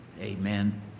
Amen